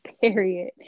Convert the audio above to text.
Period